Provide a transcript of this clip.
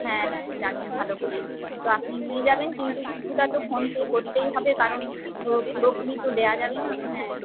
হ্যাঁ হ্যাঁ জানি ভালো করেই তো আপনি নিয়ে যাবেন কিন্ত কিছুটা তো ফোনপে করতেই হবে কারণ পুরোপুরি তো দেওয়া যাবেনা হ্যাঁ